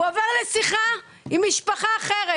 הוא עבר לשיחה עם משפחה אחרת.